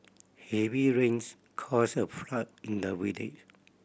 heavy rains caused a flood in the village